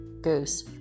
goose